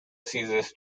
ceases